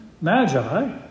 magi